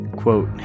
quote